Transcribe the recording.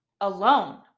alone